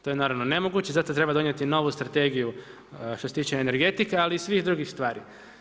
To je naravno nemoguće i zato treba donijeti novu strategiju što se tiče energetike ali i svih drugih stvari.